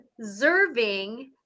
observing